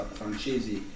francesi